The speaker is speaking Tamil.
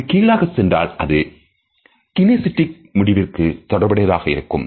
அதுக்கு கீழாக சென்றால்அது kinesitic முடிவிற்கு தொடர்புடைய இருக்கும்